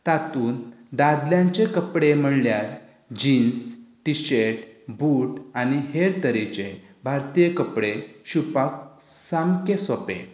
तातूंत दादल्यांचे कपडे म्हळ्यार जिन्स टिशर्ट बूट आनी हेर तरेचे भारतीय कपडे शिवपाक सामकें सोंपे